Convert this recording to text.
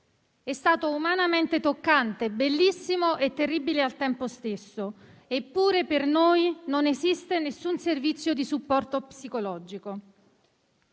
È stato umanamente toccante, bellissimo e terribile al tempo stesso. Eppure per noi non esiste alcun servizio di supporto psicologico.